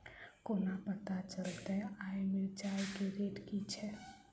कोना पत्ता चलतै आय मिर्चाय केँ रेट की छै?